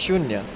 શૂન્ય